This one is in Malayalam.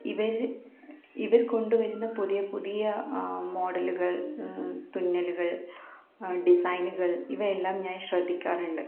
ഇവർ ഇവർ കൊണ്ടുവരുന്ന പുതിയ പുതിയ മോഡലുകൾ തുന്നലുകൾ ഡിസൈനുകൾ ഇവയെല്ലാം ഞാൻ ശ്രദ്ധിക്കാറുണ്ട്